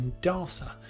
Indarsa